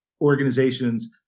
organizations